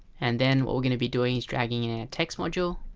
and then what we're gonna be doing is dragging in a text module